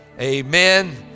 amen